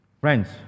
Friends